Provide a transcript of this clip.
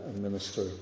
minister